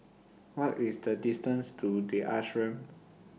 What IS The distance to The Ashram